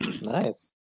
Nice